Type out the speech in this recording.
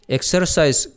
Exercise